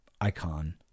icon